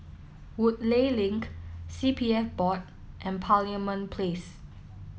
Woodleigh Link C P F Board and Parliament Place